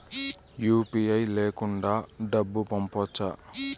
UPI లేకుండా డబ్బు పంపొచ్చా